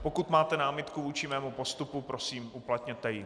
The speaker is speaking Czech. Pokud máte námitku vůči mému postupu, prosím, uplatněte ji.